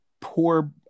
poor